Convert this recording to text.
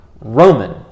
Roman